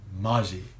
Maji